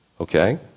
Okay